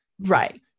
Right